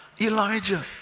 Elijah